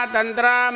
Tantra